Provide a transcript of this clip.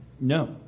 No